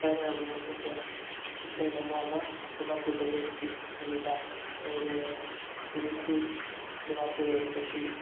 ꯀꯥꯏꯅꯔꯕ ꯃꯇꯨꯡꯗ ꯑꯩꯈꯣꯏꯅ ꯅꯣꯡꯃ ꯗꯤꯃꯥꯄꯨꯔꯗ ꯂꯦꯞꯈꯤ ꯅꯨꯃꯤꯗꯥꯡ ꯗꯦꯜꯂꯤ ꯇꯨ ꯗꯤꯃꯥꯄꯨꯔ ꯌꯧꯔꯛꯄꯁꯤ